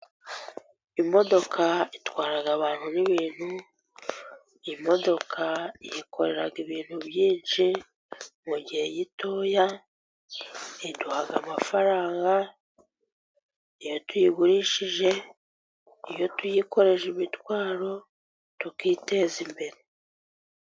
Imodoka itwara abantu n'ibintu, imodoka yakorera ibintu byinshi mu gihe gitoya, iduha amafaranga iyo tuyigurishije, iyo tuyikoreje imitwaro tukiteza imbere.